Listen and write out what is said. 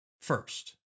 first